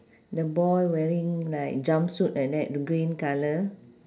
the boy wearing like jumpsuit like that green colour